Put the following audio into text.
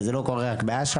וזה לא קורה רק באש"ף.